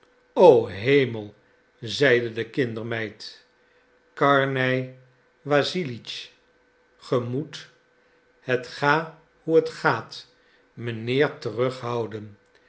hemel zeide de kindermeid karnej wassilitsch gij moet het ga hoe het ga mijnheer terughouden